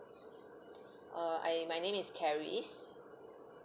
uh my name is charis